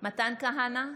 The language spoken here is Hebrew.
מתן כהנא,